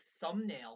thumbnail